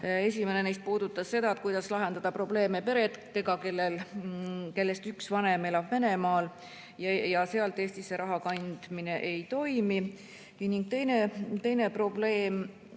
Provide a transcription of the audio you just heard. Esimene neist puudutas seda, kuidas lahendada probleeme peredega, kui üks vanem elab Venemaal ja sealt Eestisse raha kandmine ei toimi.